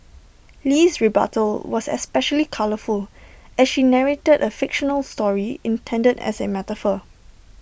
Lee's rebuttal was especially colourful as she narrated A fictional story intended as A metaphor